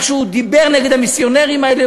איך הוא דיבר נגד המיסיונרים האלה,